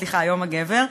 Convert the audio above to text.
סליחה, יום הגבר.